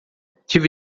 tive